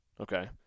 Okay